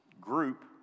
group